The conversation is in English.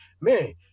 man